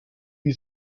wie